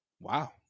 Wow